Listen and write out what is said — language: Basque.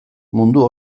mundu